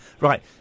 right